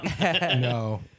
No